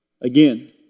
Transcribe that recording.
again